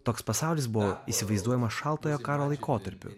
toks pasaulis buvo įsivaizduojamas šaltojo karo laikotarpiu